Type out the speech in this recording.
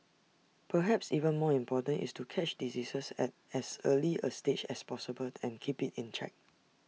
perhaps even more important is to catch diseases at as early A stage as possible and keep IT in check